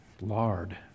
lard